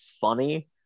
funny